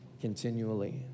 continually